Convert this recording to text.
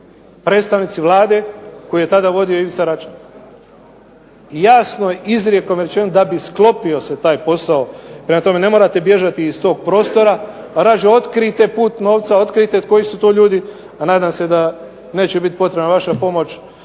Predstavnici Vlade koju je tada vodio Ivica Račan. I jasno je izrijekom rečeno da bi sklopio se taj posao. Prema tome ne morate bježati iz tog prostora, pa radije otkrijte put novca, otkrijte koji su to ljudi, a nadam se da neće biti potrebna vaša pomoć